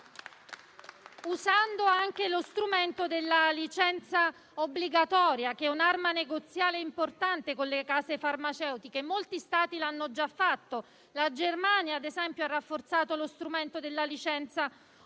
utilizzando anche lo strumento della licenza obbligatoria, arma negoziale importante con le case farmaceutiche. Molti Stati lo hanno già fatto; la Germania, ad esempio, ha rafforzato lo strumento della licenza obbligatoria.